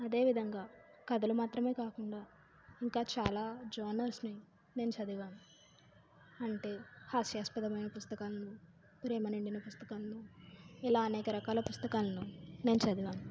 అదే విధంగా కథలు మాత్రమే కాకుండా ఇంకా చాలా జర్నల్స్ని నేను చదివాను అంటే హాస్యాస్పదమైన పుస్తకాలను ప్రేమ నిండిన పుస్తకాలను ఇలా అనేక రకాల పుస్తకాలను నేను చదివాను